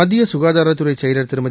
மத்திய சுகாதாரத்துறை செயலா் திருமதி